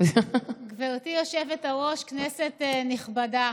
גברתי היושבת-ראש, כנסת נכבדה,